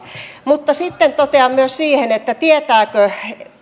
mutta sitten totean myös siihen että tietävätkö